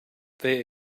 they